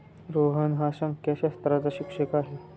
रोहन हा संख्याशास्त्राचा शिक्षक आहे